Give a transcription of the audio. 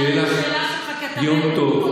שיהיה לך יום טוב,